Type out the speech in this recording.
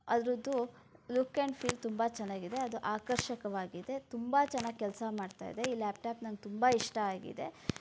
ಅದರದ್ದು look and feel ತುಂಬ ಚೆನ್ನಾಗಿದೆ ಅದು ಆಕರ್ಷಕವಾಗಿದೆ ತುಂಬ ಚೆನ್ನಾಗಿ ಕೆಲಸ ಮಾಡ್ತಾ ಇದೆ ಈ ಲ್ಯಾಪ್ಟಾಪ್ ನನಗೆ ತುಂಬ ಇಷ್ಟ ಆಗಿದೆ